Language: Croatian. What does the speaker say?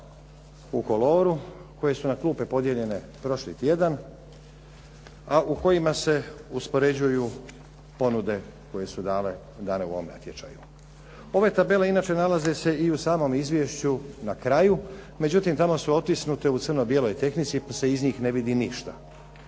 u koloru koje su na klupe podijeljene prošli tjedan, a u kojima se uspoređuju ponude koje su dane u ovom natječaju. Ove tabele inače nalaze se u samom izvješću na kraju. Međutim, tamo su otisnute u crno bijeloj tehnici, pa se iz njih ne vidi ništa.